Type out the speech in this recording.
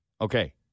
Okay